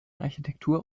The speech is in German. architektur